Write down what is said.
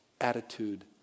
Attitude